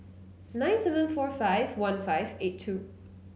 nine seven four five one five eight two